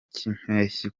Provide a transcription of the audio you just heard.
cy’impeshyi